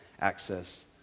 access